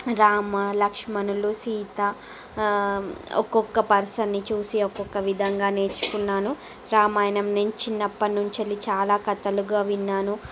రామలక్ష్మణులు సీత ఒక్కొక్క పర్సన్ని చూసి ఒక్కొక్క విధంగా నేర్చుకున్నాను రామాయణం నేను చిన్నప్పటి నుంచి చాలా కథలుగా విన్నాను